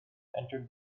entered